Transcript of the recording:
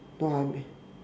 no I mean